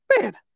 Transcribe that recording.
man